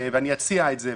ואני אציע את זה,